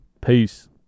Peace